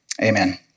Amen